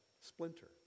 splinter